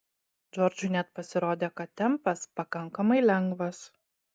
džordžui net pasirodė kad tempas pakankamai lengvas